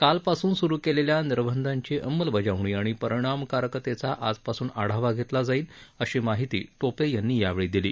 कालपासून सुरु केलेल्या निर्बधांची अंमलबजावणी आणि परिणामकारकतेचा आजपासून आढावा घेतला जाईल अशी माहितीही टोपे यांनी यावेळी दिली